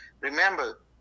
remember